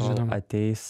kol ateis